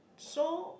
so